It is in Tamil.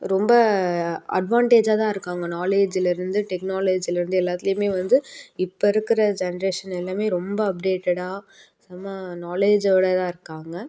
ரொம்ப அட்வான்ட்டேஜாக தான் இருக்காங்க நாலேஜ்லேருந்து டெக்னாலஜிலேருந்து எல்லாத்துலேயுமே வந்து இப்போ இருக்கிற ஜென்ரேஷன் எல்லாம் ரொம்ப அப்டேட்டடாக செம்மை நாலேஜோடு தான் இருக்காங்க